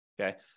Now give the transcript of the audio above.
okay